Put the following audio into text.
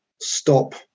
stop